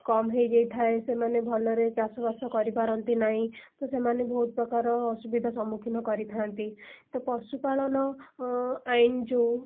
କମ୍ ହେଇଯାଇଥାଏ ସେମାନେ ଭଲରେ ଚାଷବାସ କରିପାରନ୍ତି ନାହିଁ ତ ସେମାନେ ବହୁତ ପ୍ରକାର ଅସୁବିଧା ସମ୍ମୁଖୀନ କରିଥାନ୍ତି ତ ପଶୁପାଳନ ଆଇନ୍ ଯେଉଁ